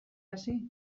hasi